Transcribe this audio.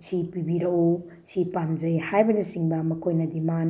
ꯁꯤ ꯄꯤꯕꯤꯔꯛꯎ ꯁꯤ ꯄꯥꯝꯖꯩ ꯍꯥꯏꯕꯅ ꯆꯤꯡꯕ ꯃꯈꯣꯏꯅ ꯗꯤꯃꯥꯟ